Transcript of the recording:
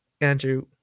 Andrew